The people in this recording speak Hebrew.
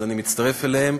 אז אני מצטרף אליהם.